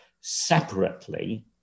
separately